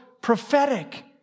prophetic